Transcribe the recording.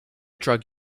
drug